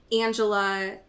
Angela